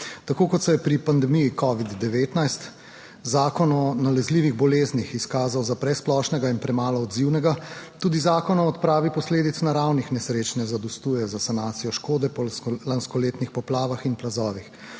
Tako kot se je pri pandemiji Covid-19, Zakon o nalezljivih boleznih izkazal za presplošnega in premalo odzivnega, tudi Zakon o odpravi posledic naravnih nesreč ne zadostuje za sanacijo škode po lanskoletnih poplavah in plazovih.